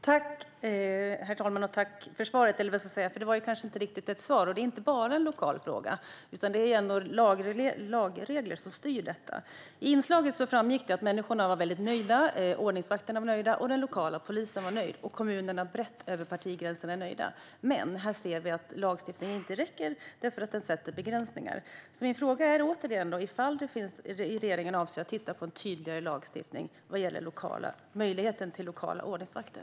Herr talman! Jag tackar för svaret, eller vad jag nu ska kalla det. Det var kanske inte riktigt ett svar. Det är inte bara en lokal fråga, utan det är lagregler som styr detta. I inslaget framgick det att människorna var väldigt nöjda, att ordningsvakterna var nöjda, att den lokala polisen var nöjd och att kommunerna brett över partigränserna var nöjda. Men här ser vi att lagstiftningen inte räcker, eftersom den sätter begränsningar. Min fråga är återigen om regeringen avser att titta på en tydligare lagstiftning vad gäller möjligheten till lokala ordningsvakter.